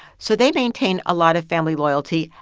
so they maintain a lot of family loyalty,